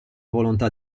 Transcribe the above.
volontà